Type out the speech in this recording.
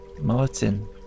Martin